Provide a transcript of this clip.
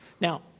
Now